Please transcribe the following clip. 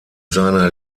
seiner